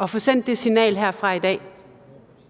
at få sendt det signal herfra i dag,